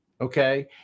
okay